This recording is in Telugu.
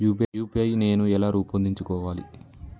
యూ.పీ.ఐ నేను ఎలా రూపొందించుకోవాలి?